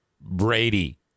Brady